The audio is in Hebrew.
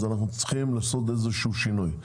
אנחנו צריכים לעשות איזשהו שינוי.